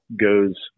goes